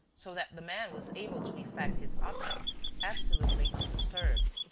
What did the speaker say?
so that the man was able to effect his object absolutely undisturbed.